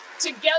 Together